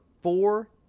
four